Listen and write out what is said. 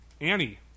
Annie